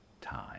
time